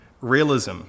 Realism